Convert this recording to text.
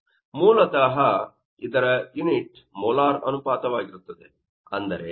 ಆದ್ದರಿಂದ ಮೂಲತಃ ಇದರ ಯೂನಿಟ್ ಮೋಲಾರ್ ಅನುಪಾತವಾಗಿರುತ್ತದೆ